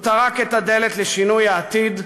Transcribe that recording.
הוא טרק את הדלת לשינוי העתיד,